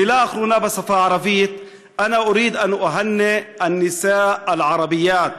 מילה אחרונה בשפה הערבית: (אומר דברים בשפה הערבית,